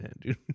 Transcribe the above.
dude